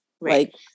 Right